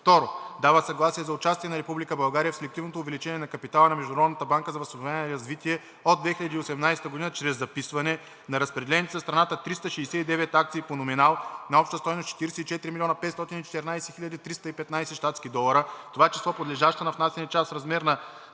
г. 2. Дава съгласие за участие на Република България в Селективното увеличение на капитала на Международната банка за възстановяване и развитие от 2018 г. чрез записване на разпределените за страната 369 акции по номинал на обща стойност 44 514 315 щатски долара, в това число подлежаща на внасяне част в размер на